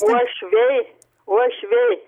uošviai uošviai